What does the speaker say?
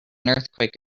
earthquake